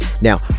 now